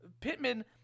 Pittman